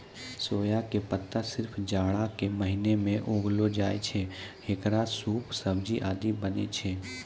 सोया के पत्ता सिर्फ जाड़ा के महीना मॅ उगैलो जाय छै, हेकरो सूप, सब्जी आदि बनै छै